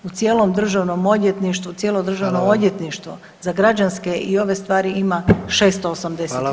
U cijelom Državnom odvjetništvu, cijelo Državno odvjetništvo [[Upadica: Hvala vam.]] za građanske i ove stvari ima 680 ljudi.